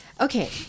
okay